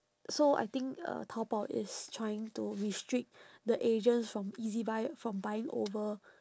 so I think uh taobao is trying to restrict the agents from ezbuy from buying over